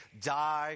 die